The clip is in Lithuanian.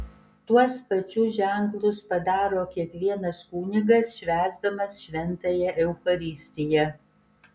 tuos pačius ženklus padaro kiekvienas kunigas švęsdamas šventąją eucharistiją